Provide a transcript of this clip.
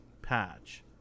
patch